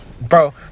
Bro